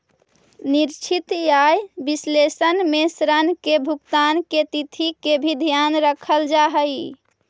निश्चित आय विश्लेषण में ऋण के भुगतान के तिथि के भी ध्यान रखल जा हई